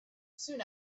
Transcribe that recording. soon